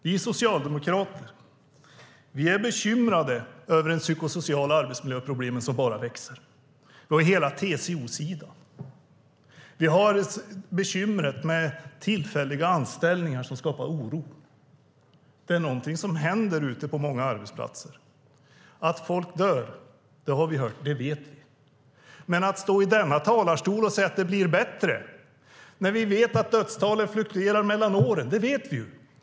Vi socialdemokrater är bekymrade över de psykosociala arbetsmiljöproblemen, som bara växer. Vi har hela TCO-sidan. Vi har bekymret med tillfälliga anställningar, som skapar oro. Det är någonting som händer ute på många arbetsplatser. Att folk dör har vi hört - det vet vi. Hur kan man stå i denna talarstol och säga att det blir bättre när vi vet att dödstalet fluktuerar mellan åren? Det vet vi.